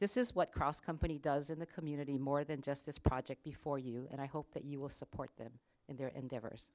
this is what cross company does in the community more than just this project before you and i hope that you will support them in there and